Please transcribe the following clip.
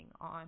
on